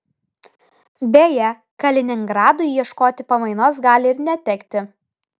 beje kaliningradui ieškoti pamainos gali ir netekti